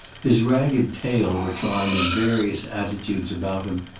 his ragged tail reclined in various attitudes about him,